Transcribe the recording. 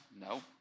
No